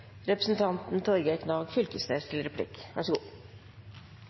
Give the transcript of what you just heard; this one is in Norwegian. representanten Torgeir Knag Fylkesnes. Før representanten får ordet til replikk,